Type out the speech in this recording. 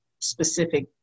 specific